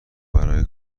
برای